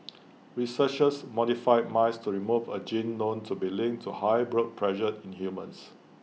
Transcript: researchers modified mice to remove A gene known to be linked to high blood pressure in humans